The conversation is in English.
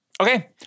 Okay